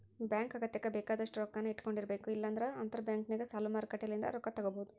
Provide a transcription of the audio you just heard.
bank ಅಗತ್ಯಕ್ಕ ಬೇಕಾದಷ್ಟು ರೊಕ್ಕನ್ನ ಇಟ್ಟಕೊಂಡಿರಬೇಕು, ಇಲ್ಲಂದ್ರ ಅಂತರಬ್ಯಾಂಕ್ನಗ ಸಾಲ ಮಾರುಕಟ್ಟೆಲಿಂದ ರೊಕ್ಕ ತಗಬೊದು